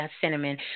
cinnamon